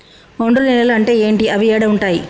ఒండ్రు నేలలు అంటే ఏంటి? అవి ఏడ ఉంటాయి?